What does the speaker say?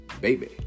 Baby